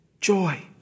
joy